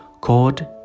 called